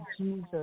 Jesus